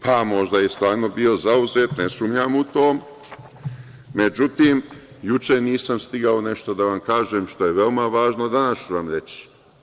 Pa, možda je stvarno bio zauzet, ne sumnjam u to, međutim, juče nisam stigao nešto da vam kažem, što je veoma bitno, danas ću vam reći.